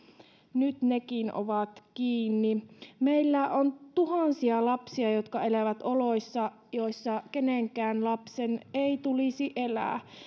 nyt nekin ovat kiinni meillä on tuhansia lapsia jotka elävät oloissa joissa kenenkään lapsen ei tulisi elää